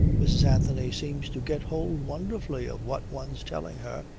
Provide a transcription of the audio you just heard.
mrs. anthony seems to get hold wonderfully of what one's telling her.